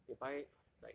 they buy like